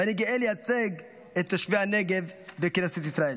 ואני גאה לייצג את תושבי הנגב בכנסת ישראל.